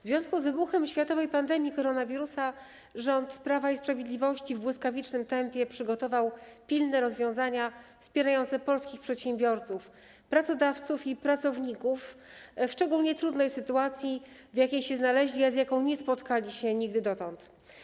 W związku z wybuchem światowej pandemii koronawirusa rząd Prawa i Sprawiedliwości w błyskawicznym tempie przygotował pilne rozwiązania wspierające polskich przedsiębiorców, pracodawców i pracowników, w szczególnie trudnej sytuacji, w jakiej się znaleźli, a z jaką nie spotkali się nigdy dotąd.